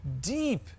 deep